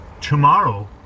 Tomorrow